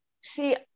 See